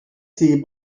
tnt